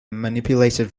manipulated